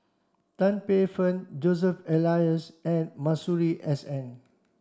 Tan Paey Fern Joseph Elias and Masuri S N